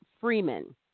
Freeman